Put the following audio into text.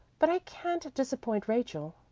but i can't disappoint rachel.